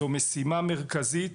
זו משימה מרכזית.